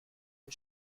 une